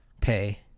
pay